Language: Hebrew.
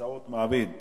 באמצעות מעביד),